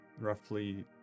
roughly